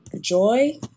Joy